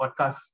podcast